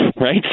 right